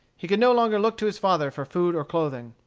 he could no longer look to his father for food or clothing.